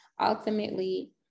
ultimately